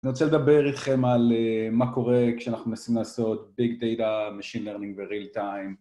אני רוצה לדבר איתכם על מה קורה כשאנחנו מנסים לעשות Big Data, Machine Learning ו-Real Time